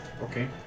Okay